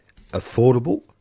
Affordable